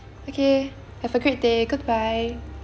okay have a great day goodbye